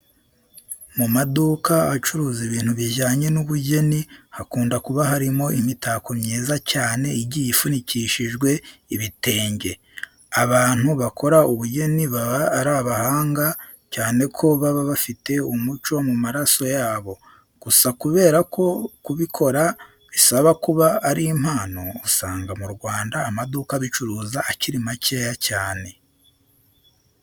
Mu maduka acuruza ibintu bijyanye n'ubugeni hakunda kuba harimo imitako myiza cyane igiye ifunikishijwe ibitenge. Abantu bakora ubugeni baba ari abahanga, cyane ko baba bafite umuco mu maraso yabo. Gusa kubera ko kubikora bisaba kuba ari impano, usanga mu Rwanda amaduka abicuruza akiri makeya cyane.